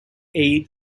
aid